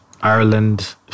Ireland